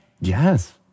yes